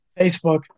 facebook